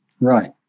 right